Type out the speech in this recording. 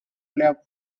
lap